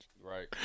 Right